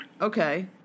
Okay